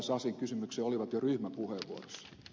sasin kysymykseen olivat jo ryhmäpuheenvuorossa